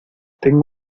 tengo